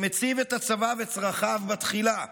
שמציב את הצבא וצרכיו בתחילה,